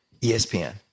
ESPN